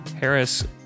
Harris